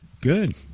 good